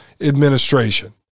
administration